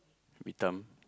we thumb